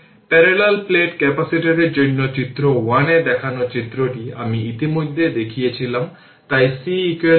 parallel plate ক্যাপাসিটরের জন্য চিত্র 1 এ দেখানো চিত্রটি আমি ইতিমধ্যেই দেখিয়েছি তাই C A d